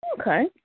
Okay